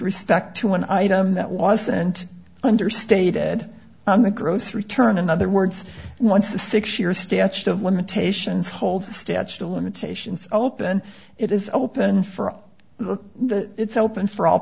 respect to an item that wasn't understated on the gross return in other words once the six year statute of limitations holds the statute of limitations open it is open for the it's open for all